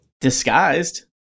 disguised